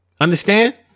Understand